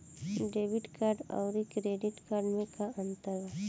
Debit card आउर credit card मे का अंतर बा?